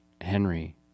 henry